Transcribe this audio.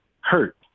hurt